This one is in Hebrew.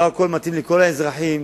לא הכול מתאים לכל האזרחים.